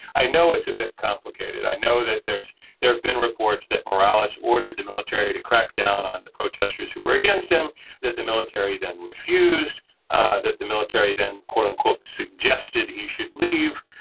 i know it's a bit complicated. i know that there's there have been reports that morales ordered the military to crack down on the protesters who were against him that the military then refused ah that the military then quote unquote suggested he should leave.